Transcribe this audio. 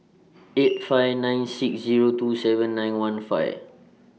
eight five nine six Zero two seven nine one five